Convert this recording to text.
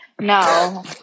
no